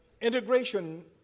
integration